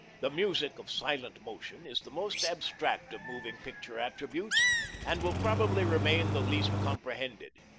the music of silent motion is the most abstract of moving picture attributes and will probably remain the least comprehended.